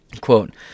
Quote